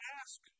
ask